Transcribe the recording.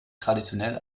traditionell